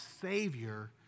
Savior